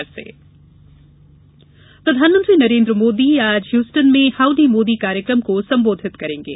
PM Houston प्रधानमंत्री नरेन्द्र मोदी आज Houston में हाउडी मोदी कार्यक्रम को संबोधित करेंगे